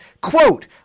quote